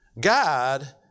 God